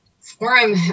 forum